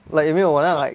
like 有没有 will it have like